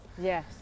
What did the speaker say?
Yes